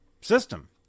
system